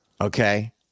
Okay